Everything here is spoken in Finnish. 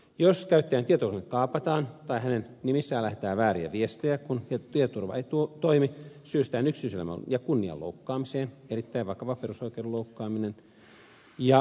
jos käyttäjän tietoturva kaapataan tai hänen nimissään lähetetään vääriä viestejä kun tietoturva ei toimi syyllistytään yksityiselämän ja kunnian loukkaamiseen erittäin vakavaan perusoikeudelliseen loukkaamiseen